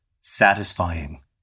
satisfying